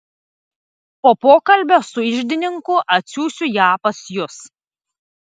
po pokalbio su iždininku atsiųsiu ją pas jus